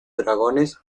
dragones